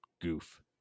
goof